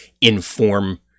inform